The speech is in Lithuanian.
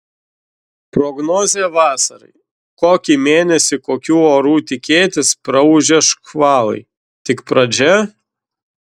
prognozė vasarai kokį mėnesį kokių orų tikėtis praūžę škvalai tik pradžia